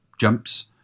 jumps